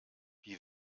wie